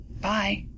Bye